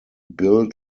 built